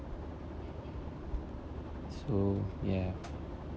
so ya